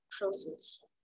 process